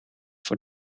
voor